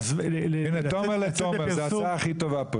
הנה, מתומר לתומר, זו ההצעה הכי טובה פה.